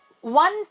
one